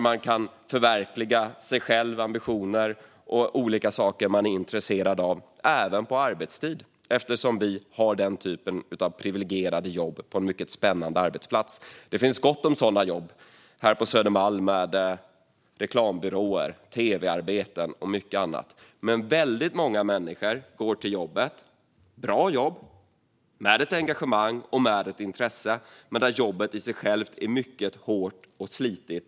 Vi kan förverkliga våra ambitioner och ta del av olika saker vi är intresserade av även på arbetstid eftersom vi har den typen av priviligierade jobb på en mycket spännande arbetsplats. Det finns gott om sådana jobb, till exempel på Södermalm. Det är reklambyråer, tv-arbeten och mycket annat. Men väldigt många människor går med ett engagemang och med ett intresse till ett jobb som är bra men som i sig självt är mycket hårt och slitigt.